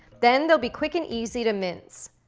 then they'll be quick and easy to mince.